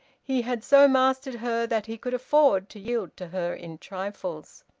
he had so mastered her that he could afford to yield to her in trifles.